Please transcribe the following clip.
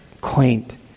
quaint